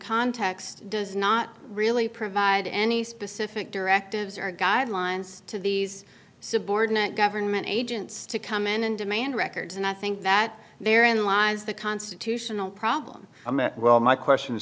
context does not really provide any specific directives or guidelines to these subordinate government agents to come in and demand records and i think that there in lies the constitutional problem well my question